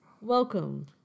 Welcome